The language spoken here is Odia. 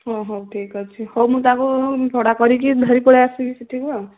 ହଁ ହଉ ଠିକ୍ ଅଛି ହଉ ମୁଁ ତାକୁ ଭଡ଼ା କରିକି ଧରି ପଳାଆସିବି ସେଠିକୁ ଆଉ